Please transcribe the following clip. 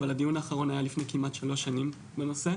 אבל הדיון האחרון היה לפני כמעט שלוש שנים בנושא.